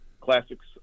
classics